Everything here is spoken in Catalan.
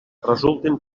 resulten